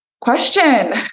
question